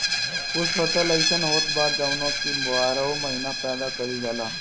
कुछ फसल अइसन होत बा जवन की बारहो महिना पैदा कईल जाला